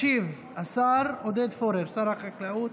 ישיב השר עודד פורר, שר החקלאות